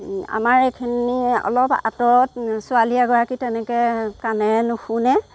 আমাৰ এইখিনি অলপ আতৰত ছোৱালী এগৰাকী তেনেকৈ কাণেৰে নুশুনে